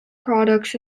products